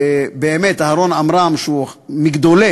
באמת, אהרן עמרם, שהוא מגדולי